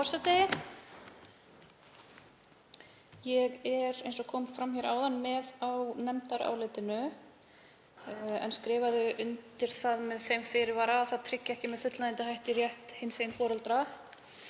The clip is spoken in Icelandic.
Ég er, eins og kom fram hér áðan, með á nefndarálitinu en skrifaði undir það með þeim fyrirvara að það tryggi ekki með fullnægjandi hætti rétt hinsegin foreldra